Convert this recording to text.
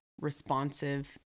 responsive